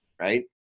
right